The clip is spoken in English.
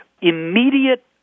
immediate